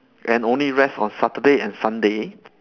and only rest on saturday and sunday